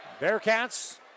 Bearcats